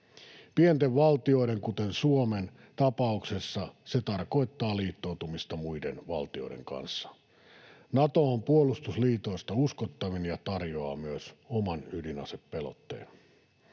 Pienten valtioiden, kuten Suomen, tapauksessa se tarkoittaa liittoutumista muiden valtioiden kanssa. Nato on puolustusliitoista uskottavin ja tarjoaa myös oman ydinasepelotteen.